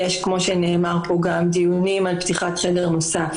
יש כמו שנאמר פה גם דיונים על פתיחת חדר נוסף